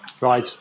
right